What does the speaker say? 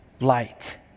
light